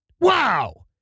Wow